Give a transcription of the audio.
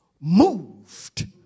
moved